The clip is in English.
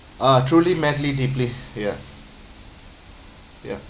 uh truly madly deeply ya ya